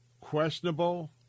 questionable